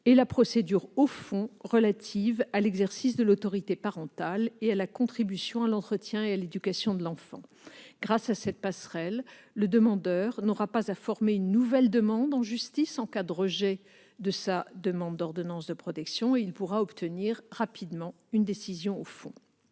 et la procédure au fond, relative à l'exercice de l'autorité parentale ainsi qu'à la contribution à l'entretien et à l'éducation de l'enfant. Grâce à cette passerelle, le demandeur n'aura pas à former une nouvelle demande en justice en cas de rejet de sa demande d'ordonnance de protection et il pourra obtenir rapidement une décision au fond.